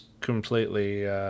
completely